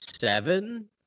seven